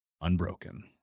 unbroken